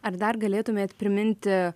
ar dar galėtumėt priminti